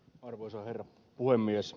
arvoisa herra puhemies